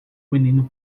menino